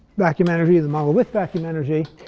vacuum energy and the model with vacuum energy.